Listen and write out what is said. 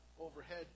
overhead